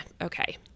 okay